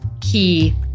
key